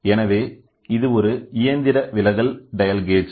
எனவே இது ஒரு இயந்திர விலகல் டயல் கேஜ்